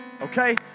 Okay